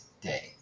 day